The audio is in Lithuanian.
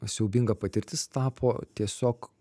siaubinga patirtis tapo tiesiog